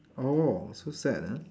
oh so sad ah